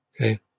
Okay